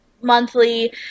monthly